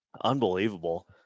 Unbelievable